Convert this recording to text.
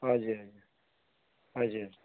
हजुर हजुर हजुर